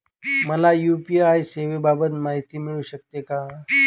मला यू.पी.आय सेवांबाबत माहिती मिळू शकते का?